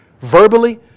verbally